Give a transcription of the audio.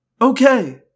Okay